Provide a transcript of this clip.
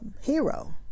hero